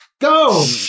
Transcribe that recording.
Go